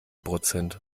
prozent